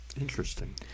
Interesting